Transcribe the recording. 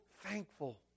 thankful